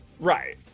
right